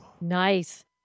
nice